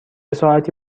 ساعتی